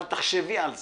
אבל תחשבי על זה,